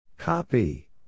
Copy